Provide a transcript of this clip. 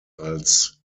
als